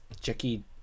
Jackie